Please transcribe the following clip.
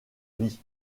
vie